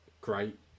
great